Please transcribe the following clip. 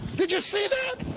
did you see that?